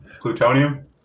Plutonium